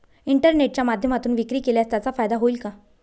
इंटरनेटच्या माध्यमातून विक्री केल्यास त्याचा फायदा होईल का?